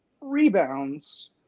rebounds